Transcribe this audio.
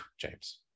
James